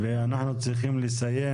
אנחנו צריכים לסיים,